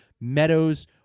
Meadows